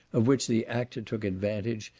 of which the actor took advantage,